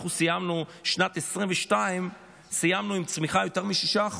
אנחנו סיימנו את שנת 2022 עם צמיחה של יותר מ-6%,